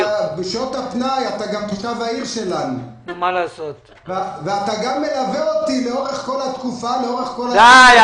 אתה תושב העיר שלנו ואתה גם מלווה אותי לאורך כל התקופה הזאת.